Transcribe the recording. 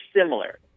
similar